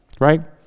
Right